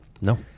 no